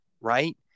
right